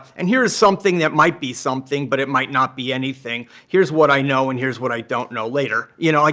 and here's something that might be something, but it might not be anything. here's what i know and here's what i don't know later. you know, like,